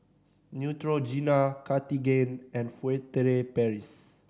Neutrogena Cartigain and Furtere Paris